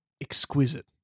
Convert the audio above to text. exquisite